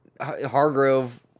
Hargrove